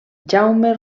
jaume